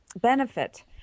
benefit